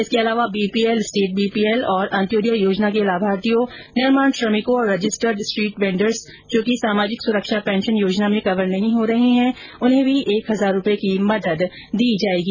इसके अलावा BPL state BPL और अन्त्योदय योजना के लाभार्थियों निर्माण श्रमिकों और रजिस्टर्ड स्ट्रीट वेन्डर्स जो कि सामाजिक सुरक्षा पेंशन योजना में कवर नहीं हो रहे है उन्हें भी एक हजार रूपये की मदद दी जायेगी